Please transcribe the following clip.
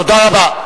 תודה רבה.